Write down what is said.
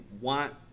want